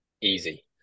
easy